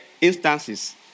instances